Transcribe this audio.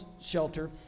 shelter